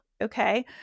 Okay